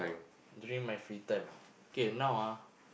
during my free time ah K now ah